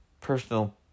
personal